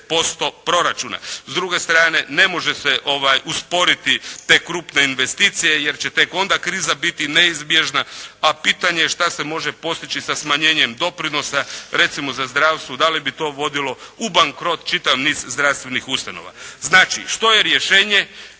S druge strane, ne može se usporiti te krupne investicije jer će tek onda kriza biti neizbježna, a pitanje je što se može postići sa smanjenjem doprinosa, recimo za zdravstvo da li bi to vodilo u bankrot čitav niz zdravstvenih ustanova. Znači, što je rješenje?